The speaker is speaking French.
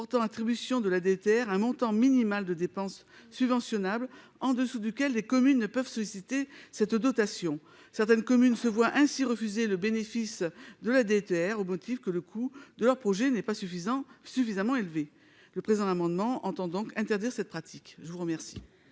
portant attribution de la DETR, un montant minimal de dépenses subventionne Naples en dessous duquel les communes ne peuvent susciter cette dotation certaines communes se voient ainsi refuser le bénéfice de la DETR au motif que le coût de leur projet n'est pas suffisant suffisamment élevé le présent amendement entendent donc interdire cette pratique, je vous remercie.